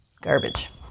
garbage